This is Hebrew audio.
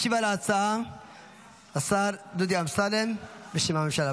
ישיב על ההצעה השר דודי אמסלם, משיב הממשלה.